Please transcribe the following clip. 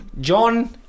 John